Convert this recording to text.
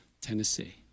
Tennessee